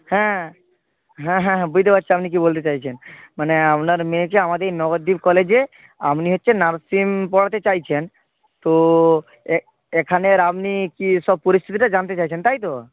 হ্যাঁ হ্যাঁ হ্যাঁ হ্যাঁ বুঝতে পারছি আপনি কী বলতে চাইছেন মানে আপনার মেয়েকে আমাদের এই নবদ্বীপ কলেজে আপনি হচ্ছে নার্সিং পড়াতে চাইছেন তো এখানের আপনি কী সব পরিস্থিতিটা জানতে চাইছেন তাই তো